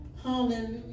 Hallelujah